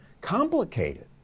complicated